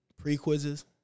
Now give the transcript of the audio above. Pre-quizzes